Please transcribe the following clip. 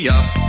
up